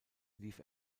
lief